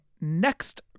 next